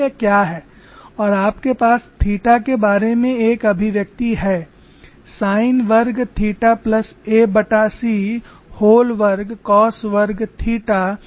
और आपके पास थीटा के बारे में एक अभिव्यक्ति है साइन वर्ग थीटा प्लस ac व्होल वर्ग कोस वर्ग theta व्होल पॉवर 14